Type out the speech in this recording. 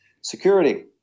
Security